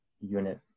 unit